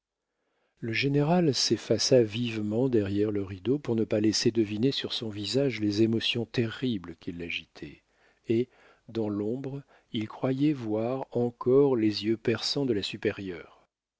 le général s'effaça vivement derrière le rideau pour ne pas laisser deviner sur son visage les émotions terribles qui l'agitaient et dans l'ombre il croyait voir encore les yeux perçants de la supérieure